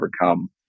overcome